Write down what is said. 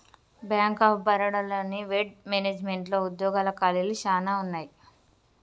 bank of Baroda లోని వెడ్ మేనేజ్మెంట్లో ఉద్యోగాల ఖాళీలు చానా ఉన్నయి